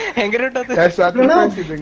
hundred and nineteen